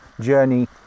journey